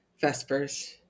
vespers